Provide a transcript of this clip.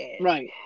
Right